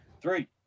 Three